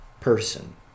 person